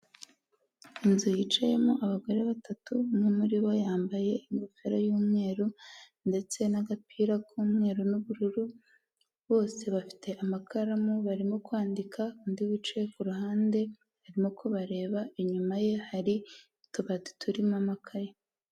Inzu yicayemo abagore batatu, umwe muri bo yambaye ingofero y'umweru ndetse n'agapira k'umweru n'ubururu, bose bafite amakaramu barimo kwandika, undi wicaye ku ruhande arimo kubareba, inyuma ye hari utubati turimo amakaye.